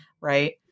Right